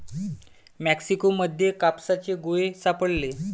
Mexico मध्ये कापसाचे गोळे सापडले